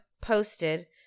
posted